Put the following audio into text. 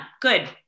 good